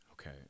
okay